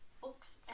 books